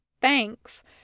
thanks